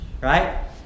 right